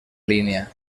línia